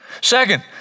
Second